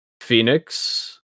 Phoenix